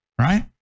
Right